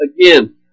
again